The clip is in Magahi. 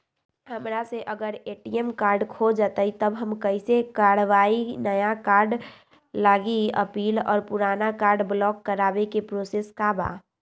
हमरा से अगर ए.टी.एम कार्ड खो जतई तब हम कईसे करवाई नया कार्ड लागी अपील और पुराना कार्ड ब्लॉक करावे के प्रोसेस का बा?